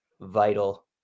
vital